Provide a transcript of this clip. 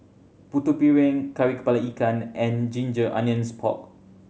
Putu Piring Kari Kepala Ikan and ginger onions pork